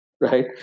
right